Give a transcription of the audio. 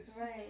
right